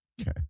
okay